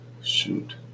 shoot